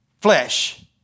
flesh